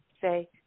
Say